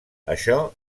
això